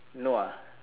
no ah